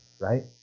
right